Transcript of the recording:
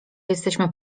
jesteśmy